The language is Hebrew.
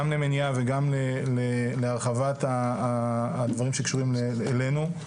גם למניעה וגם להרחבת הדברים שקשורים אלינו.